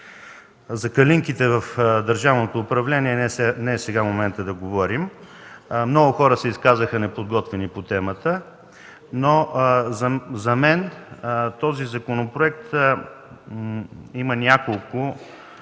За „калинките” в държавното управление не е сега моментът да говорим. Много хора се изказаха неподготвени по темата, но за мен този законопроект има няколко